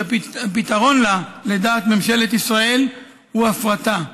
והפתרון לה, לדעת ממשלת ישראל, הוא הפרטה.